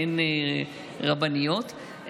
אין רבניות,